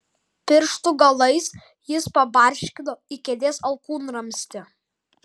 pirštų galais jis pabarškino į kėdės alkūnramstį